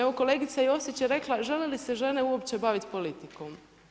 Evo kolegica Josić je rekla žele li se žene uopće baviti politikom?